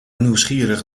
nieuwsgierig